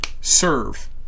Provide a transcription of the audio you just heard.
serve